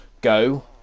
go